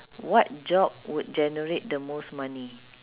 what job would generate the most money